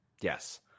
Yes